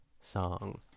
song